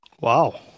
wow